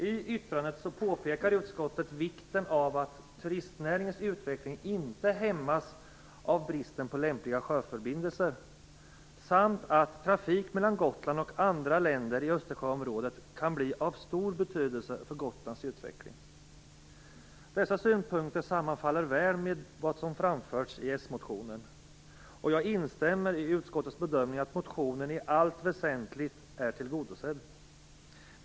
I yttrandet påpekar utskottet vikten av att turistnäringens utveckling inte hämmas av bristen på lämpliga sjöförbindelser, samt att trafik mellan Gotland och andra länder i Östersjöområdet kan bli av stor betydelse för Gotlands utveckling. Dessa synpunkter sammanfaller väl med vad som framförts i s-motionen, och jag instämmer i utskottets bedömning att motionen i allt väsentligt är tillgodosedd.